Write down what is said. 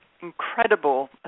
incredible